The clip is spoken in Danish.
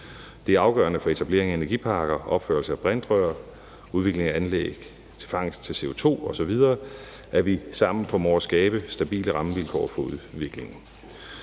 Det er afgørende for etablering af energiparker, opførelse af brintrør og udvikling af anlæg til fangst af CO2 osv., at vi sammen formår at skabe stabile rammevilkår for udviklingen.